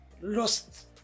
lost